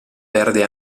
perde